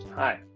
hi,